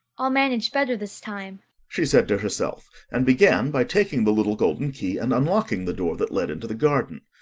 i'll manage better this time she said to herself, and began by taking the little golden key, and unlocking the door that led into the garden.